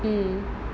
mm